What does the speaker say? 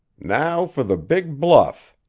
now for the big bluff!